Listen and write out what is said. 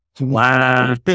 wow